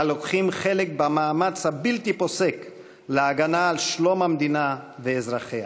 הלוקחים חלק במאמץ הבלתי-פוסק להגנה על שלום המדינה ואזרחיה.